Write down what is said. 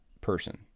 person